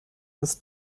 des